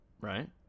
right